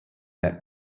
that